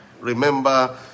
Remember